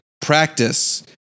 practice